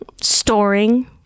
storing